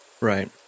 Right